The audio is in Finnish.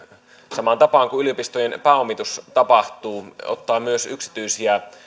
samaan tapaan kuin yliopistojen pääomitus tapahtuu ottaa myös yksityisiä